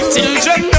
Children